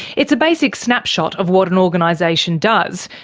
it's a basic snapshot of what an organisation does,